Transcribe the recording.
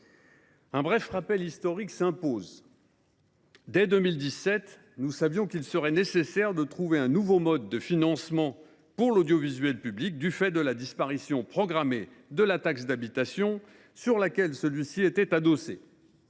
Un bref rappel historique s’impose : dès 2017, nous savions qu’il serait nécessaire de trouver un nouveau mode de financement pour l’audiovisuel public du fait de la disparition programmée de la taxe d’habitation à laquelle la redevance était adossée.